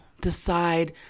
decide